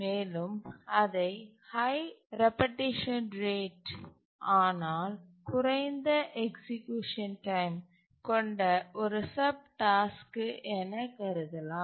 மேலும் இதை high repetition rate ஆனால் குறைந்த எக்சீக்யூசன் டைம் கொண்ட ஒரு சப் டாஸ்க்கு என கருதலாம்